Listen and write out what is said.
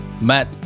Matt